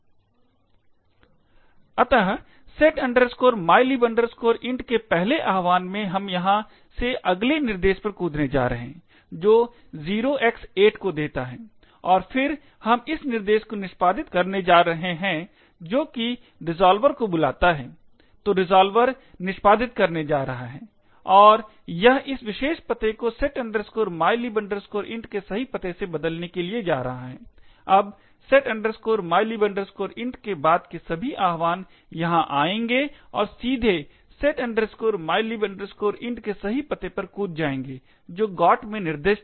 अत set mylib int के पहले आह्वान में हम यहां से अगले निर्देश पर कूदने जा रहे हैं जो 0x8 को देता है और फिर हम इस निर्देश को निष्पादित करने जा रहे हैं जो कि रिज़ॉल्वर को बुलाता है तो रिज़ॉल्वर निष्पादित करने जा रहा है और यह इस विशेष पते को set mylib int के सही पते से बदलने के लिए जा रहा है अब set mylib int के बाद के सभी आह्वान यहां आएंगे और सीधे set mylib int के सही पते पर कूद जायेंगे जो GOT में निर्दिष्ट है